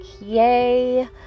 yay